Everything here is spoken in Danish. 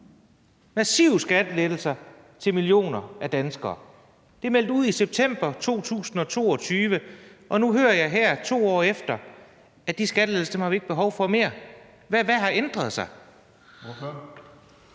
Massive skattelettelser til millioner af danskere, står der. Det er meldt ud i september 2022, og nu hører jeg her 2 år efter, at de skattelettelser har vi ikke behov for mere. Hvad har ændret sig?